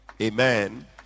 Amen